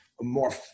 more